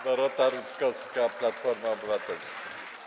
Dorota Rutkowska, Platforma Obywatelska.